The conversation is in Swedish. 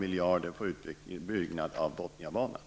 miljarder på utbyggnad av Bothniabanan?